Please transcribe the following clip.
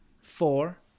four